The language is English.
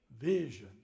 vision